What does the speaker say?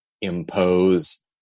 impose